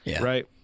right